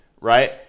right